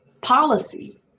policy